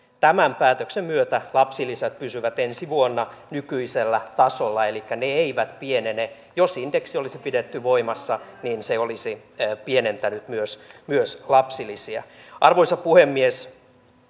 tämä päätöksen myötä lapsilisät pysyvät ensi vuonna nykyisellä tasolla elikkä ne eivät pienene jos indeksi olisi pidetty voimassa niin se olisi pienentänyt myös myös lapsilisiä arvoisa puhemies